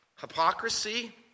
Hypocrisy